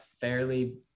fairly